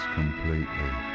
completely